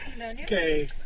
Okay